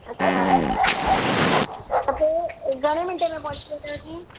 अछा ठीकु आहे त पोइ घणे मिन्टें में पहुची वेंदासीं